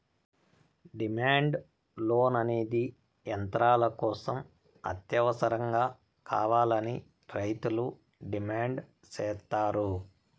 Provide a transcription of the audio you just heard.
demand loan అనేది యంత్రాల కోసం అత్యవసరంగా కావాలని రైతులు డిమాండ్ సేత్తారు